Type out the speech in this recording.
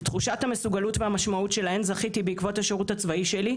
תחושת המסוגלות והמשמעות שלהן זכיתי בעקבות השירות הצבאי שלי,